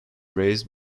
raised